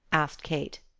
asked kate.